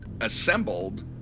assembled